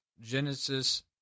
Genesis